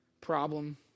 problem